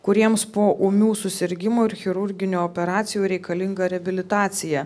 kuriems po ūmių susirgimų ir chirurginių operacijų reikalinga reabilitacija